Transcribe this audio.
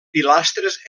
pilastres